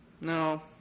No